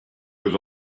was